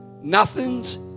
Nothing's